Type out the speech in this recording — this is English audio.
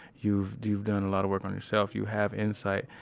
you've, you've done a lot of work on yourself. you have insight.